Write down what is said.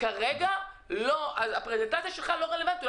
כרגע הפרזנטציה שלך לא רלוונטית לוועדה הזו,